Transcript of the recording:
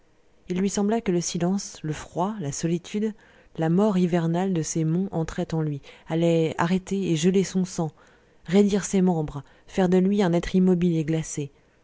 il lui sembla que le silence le froid la solitude la mort hivernale de ces monts entraient en lui allaient arrêter et geler son sang raidir ses membres faire de lui un être immobile et glacé